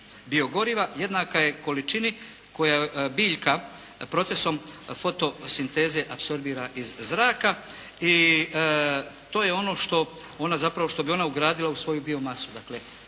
bio goriva jednaka je količini koju biljka procesom fotosinteze apsorbira iz zraka i to je ono što bi ona ugradila u svoju bio masu.